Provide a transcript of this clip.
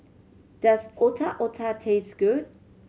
does Otak Otak taste good